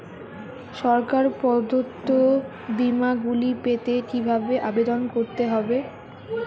সরকার প্রদত্ত বিমা গুলি পেতে কিভাবে আবেদন করতে হবে?